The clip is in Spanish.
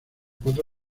cuatro